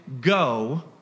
go